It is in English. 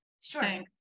sure